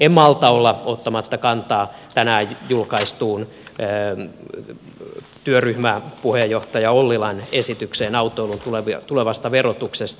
en malta olla ottamatta kantaa tänään julkaistuun työryhmän puheenjohtaja ollilan esitykseen autoiluun tulevasta verotuksesta